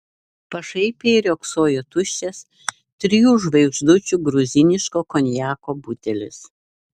pašaipiai riogsojo tuščias trijų žvaigždučių gruziniško konjako butelis